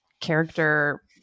character